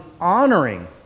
honoring